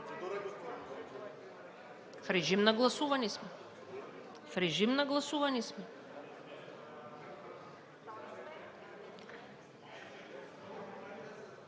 В режим на гласуване сме.